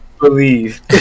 Believe